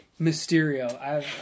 Mysterio